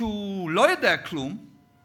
שלא יודע כלום,